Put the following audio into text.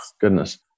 goodness